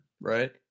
Right